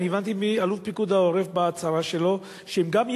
אני הבנתי מאלוף פיקוד העורף בהצהרה שלו שגם אם